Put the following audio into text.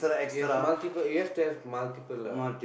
yes multiple you have to have multiple lah